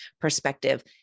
perspective